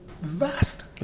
vast